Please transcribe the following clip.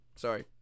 Sorry